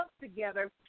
together